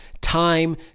time